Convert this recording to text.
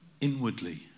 inwardly